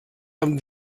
amb